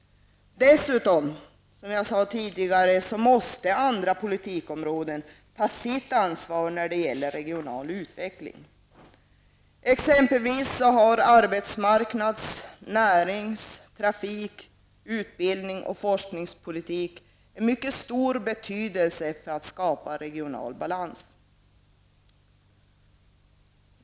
Dessutom måste man, som jag sade tidigare, även inom andra politikområden ta sitt ansvar vad gäller regional utveckling. Exempelvis har arbetsmarknads-, närings-, trafik-, utbildnings och forskningspolitik en mycket stor betydelse när det gäller att skapa regional balans.